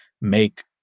make